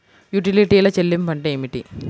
యుటిలిటీల చెల్లింపు అంటే ఏమిటి?